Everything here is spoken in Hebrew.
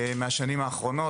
דוחות מהשנים האחרונות,